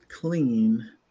clean